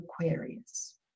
Aquarius